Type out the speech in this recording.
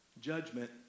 judgment